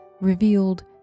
revealed